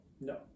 No